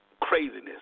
craziness